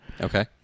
Okay